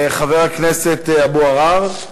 חבר הכנסת אבו עראר.